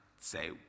say